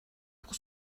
pour